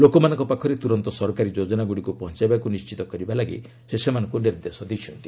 ଲୋକମାନଙ୍କ ପାଖରେ ତୁରନ୍ତ ସରକାରୀ ଯୋଜନାଗୁଡ଼ିକୁ ପହଞ୍ଚାଇବାକୁ ନିଶ୍ଚିତ କରିବା ପାଇଁ ସେ ସେମାନଙ୍କୁ ନିର୍ଦ୍ଦେଶ ଦେଇଛନ୍ତି